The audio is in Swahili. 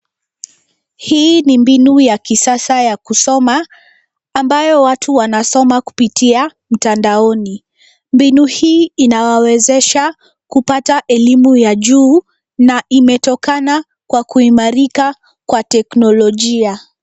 Hii ni mbinu ya kisasa ya kusoma ambayo watu wanasoma kupitia mtandaoni. Mbinu hii inawawezesha kupata elimu ya juu na imetokana kwa kuimarika kwa teknolojia.